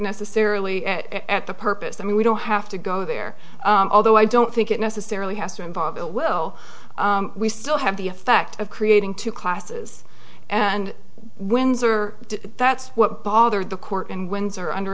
necessarily at the purpose i mean we don't have to go there although i don't think it necessarily has to involve it will we still have the effect of creating two classes and windsor that's what bothered the court and windsor under